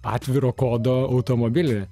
atviro kodo automobilį